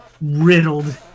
riddled